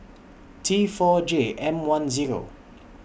T four J M one Zero